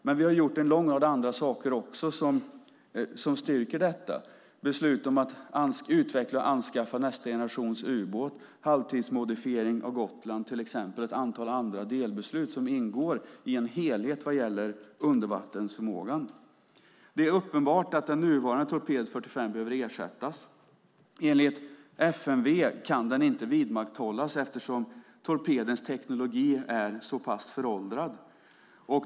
Men vi har också gjort en lång rad andra saker som styrker detta, till exempel beslutet om att utveckla och anskaffa nästa generations ubåt, halvtidsmodifiering av Gotland och ett antal andra delbeslut som ingår i en helhet vad gäller undervattensförmågan. Det är uppenbart att torped 45 behöver ersättas. Enligt FMV kan den inte vidmakthållas eftersom torpedens teknologi är så pass föråldrad.